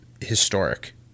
historic